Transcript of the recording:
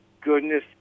goodness